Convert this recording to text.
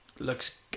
Looks